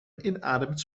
inademt